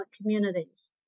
communities